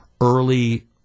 early